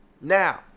Now